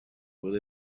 will